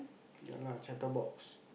ya lah chatterbox